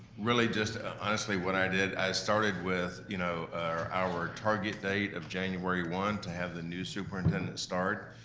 really just honestly what i did, i started with you know our target date of january one to have the new superintendent start,